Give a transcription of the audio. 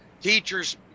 teacher's